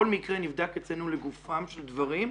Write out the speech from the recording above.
כל מקרה נבדק אצלנו לגופם של דברים,